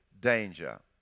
danger